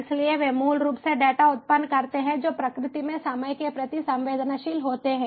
इसलिए वे मूल रूप से डेटा उत्पन्न करते हैं जो प्रकृति में समय के प्रति संवेदनशील होते हैं